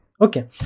okay